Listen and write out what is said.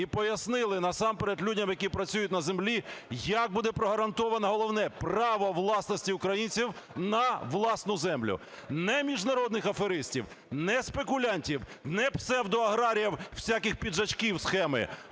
і пояснили насамперед людям, які працюють на землі, як буде прогарантовано головне - право власності українці на власну землю. Не міжнародних аферистів, не спекулянтів, не псевдоаграріїв, всяких "піджачків" схеми,